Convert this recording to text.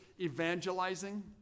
evangelizing